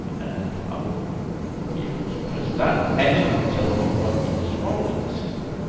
and i would be able to press that, and it would tell me what is wrong with the system.